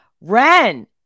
Ren